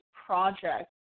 project